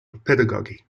pedagogy